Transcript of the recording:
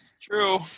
true